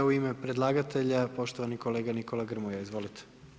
Sada u ime predlagatelja, poštovani kolega Nikola Grmoja, izvolite.